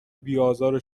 بیآزار